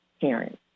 parents